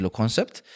concept